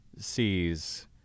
sees